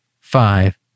five